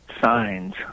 signs